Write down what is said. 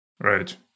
Right